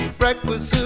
breakfast